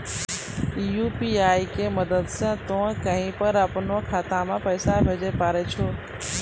UPI के मदद से तोय कहीं पर अपनो खाता से पैसे भेजै पारै छौ